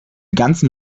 ganzen